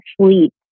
sleep